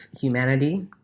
humanity